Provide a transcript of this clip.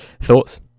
Thoughts